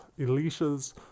Elisha's